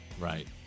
Right